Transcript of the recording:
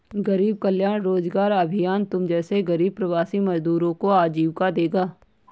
गरीब कल्याण रोजगार अभियान तुम जैसे गरीब प्रवासी मजदूरों को आजीविका देगा